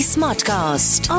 Smartcast